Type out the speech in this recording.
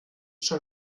schon